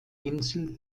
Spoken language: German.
insel